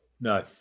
No